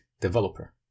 developer